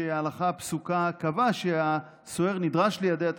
שההלכה הפסוקה קבעה שהסוהר נדרש ליידע את